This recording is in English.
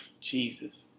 Jesus